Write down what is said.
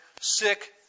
sick